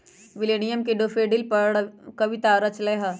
William ने daffodil पर कविता रच लय है